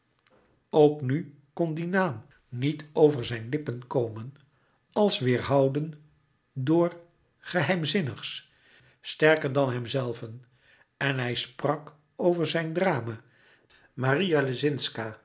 ook nu kon die naam niet over zijn lippen komen als weêrhouden door geheimzinnigs sterker dan hemzelven en hij sprak over zijn drama